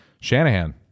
shanahan